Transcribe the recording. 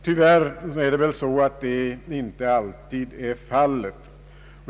Tyvärr är väl så inte alltid fallet.